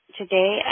Today